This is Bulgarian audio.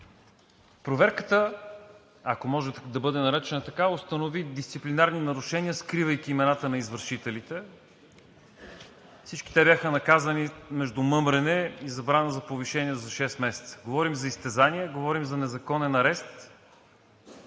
Проверката, ако може да бъде наречена така, установи дисциплинарни нарушения, скривайки имената на извършителите. Всички те бяха наказани между „мъмрене“ и „забрана за повишение за шест месеца“. Говорим за изтезания, говорим за незаконен арест.